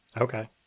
Okay